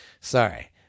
sorry